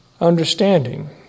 understanding